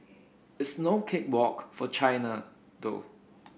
it's no cake walk for China though